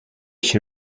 she